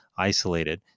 isolated